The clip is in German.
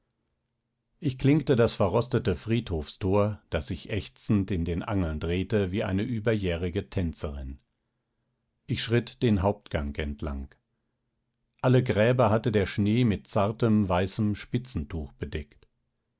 ich klinkte das verrostete friedhofstor das sich ächzend in den angeln drehte wie eine überjährige tänzerin ich schritt den hauptgang entlang alle gräber hatte der schnee mit zartem weißem spitzentuch bedeckt